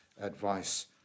Advice